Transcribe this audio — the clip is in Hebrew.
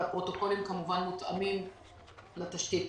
הפרוטוקולים מותאמים, כמובן, לתשתית.